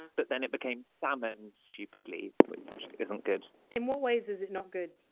but then it became salmon, stupidly, which isn't good in what ways is it not good?